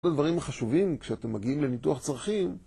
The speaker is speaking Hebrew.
הרבה דברים חשובים כשאתם מגיעים לניתוח צרכים